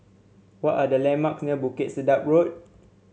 what are the landmarks near Bukit Sedap Road